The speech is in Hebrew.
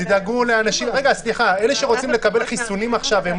אלה שרוצים לקבל חיסונים עכשיו והם